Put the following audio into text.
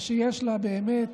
שיש לה באמת